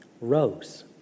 rose